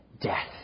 death